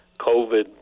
COVID